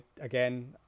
again